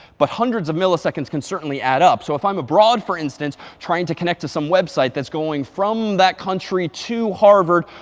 but hundreds of milliseconds can certainly add up. so if i'm abroad, for instance, trying to connect to some website that's going from that country to harvard,